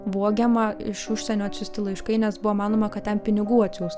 vogiama iš užsienio atsiųsti laiškai nes buvo manoma kad ten pinigų atsiųsta